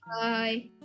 bye